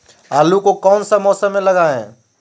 आलू को कौन सा मौसम में लगाए?